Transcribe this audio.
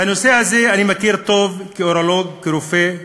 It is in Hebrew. את הנושא הזה אני מכיר טוב כאורולוג, כרופא.